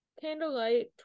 Candlelight